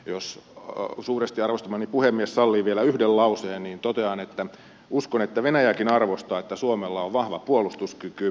jos suuresti arvostamani puhemies sallii vielä yhden lauseen niin totean että uskon että venäjäkin arvostaa että suomella on vahva puolustuskyky